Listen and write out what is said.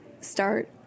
start